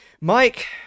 Mike –